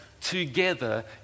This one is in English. together